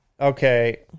Okay